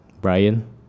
Brian